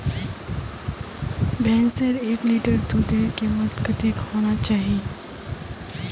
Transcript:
भैंसेर एक लीटर दूधेर कीमत कतेक होना चही?